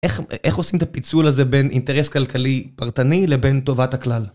איך איך עושים את הפיצול הזה בין אינטרס כלכלי פרטני לבין טובת הכלל?